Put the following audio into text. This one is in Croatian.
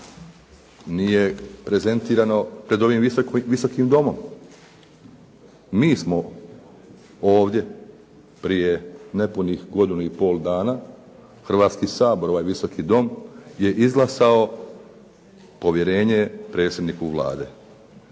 nije prezentirano pred ovim Visokim domom. Mi smo ovdje prije nepunih godinu i pol dana, Hrvatski sabor, ovaj Visoki dom je izglasao povjerenje predsjedniku Vlade.